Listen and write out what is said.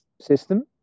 system